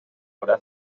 haurà